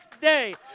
day